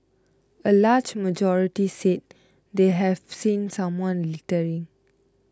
a large majority said they have seen someone littering